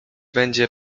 będzie